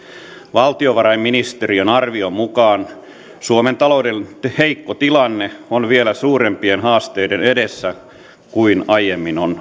valtiovarainministeriön arvion mukaan suomen talouden heikko tilanne on vielä suurempien haasteiden edessä kuin aiemmin on